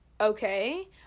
okay